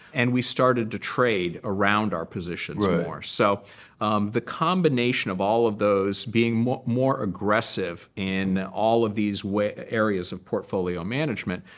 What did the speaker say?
and we started to trade around our positions more. so the combination of all of those being more more aggressive in all of these areas of portfolio management,